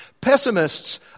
Pessimists